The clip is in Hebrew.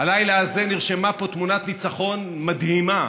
הלילה הזה נרשמה פה תמונת ניצחון מדהימה,